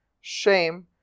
shame